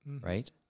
Right